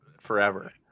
forever